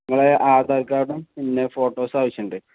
നിങ്ങളെ ആധാർ കാർഡും പിന്നെ ഫോട്ടോസ് ആവശ്യമുണ്ട്